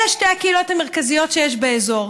אלה שתי הקהילות המרכזיות שיש באזור,